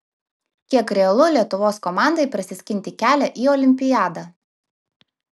kiek realu lietuvos komandai prasiskinti kelią į olimpiadą